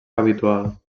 habitual